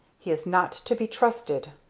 he is not to be trusted.